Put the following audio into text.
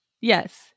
Yes